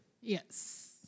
Yes